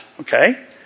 okay